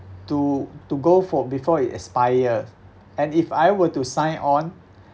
to to go for before it expire and if I were to sign on